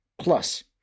plus